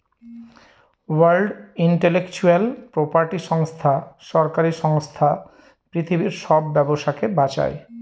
world intellectual property সংস্থা সরকারি সংস্থা পৃথিবীর সব ব্যবসাকে বাঁচায়